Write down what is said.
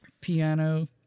piano